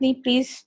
please